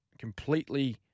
completely